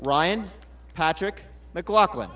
ryan patrick mclaughlin